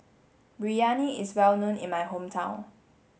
Biryani is well known in my hometown